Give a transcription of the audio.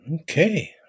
Okay